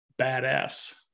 Badass